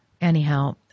Anyhow